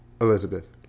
Elizabeth